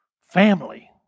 Family